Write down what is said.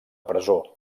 presó